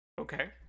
Okay